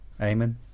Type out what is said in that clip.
Amen